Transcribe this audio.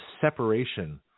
separation